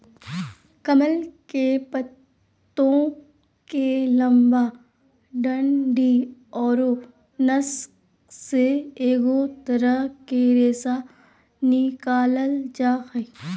कमल के पत्तो के लंबा डंडि औरो नस से एगो तरह के रेशा निकालल जा हइ